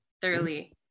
thoroughly